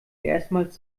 erstmals